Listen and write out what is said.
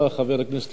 הנה הוא יצא,